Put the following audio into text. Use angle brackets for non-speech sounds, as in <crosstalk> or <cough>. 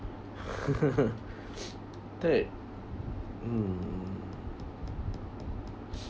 <laughs> <noise> mm